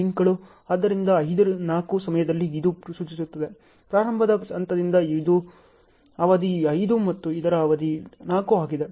ಆದ್ದರಿಂದ 5 4 ಸಮಯದಲ್ಲಿ ಇದು ಸೂಚಿಸುತ್ತದೆ ಪ್ರಾರಂಭದ ಹಂತದಿಂದ ಇದರ ಅವಧಿ 5 ಮತ್ತು ಇದರ ಅವಧಿ 4 ಆಗಿದೆ